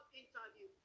interview